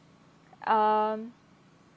um